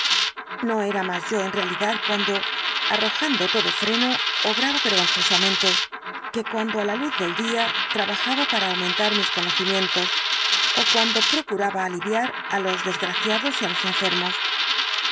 no era más yo en realidad cuando arrojando todo freno obraba vergonzosamente que cuando á la luz del día trabajaba para aumentar mis conocimientos ó cuando procuraba aliviar á los desgraciados y á los enfermos